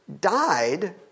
died